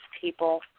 people